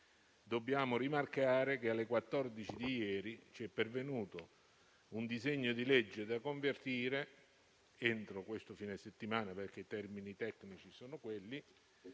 dobbiamo rimarcare che alle ore 14 di ieri ci è pervenuto un decreto-legge da convertire entro questo fine settimana - perché i termini tecnici sono quelli